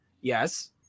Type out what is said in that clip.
Yes